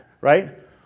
Right